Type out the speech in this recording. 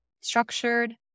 structured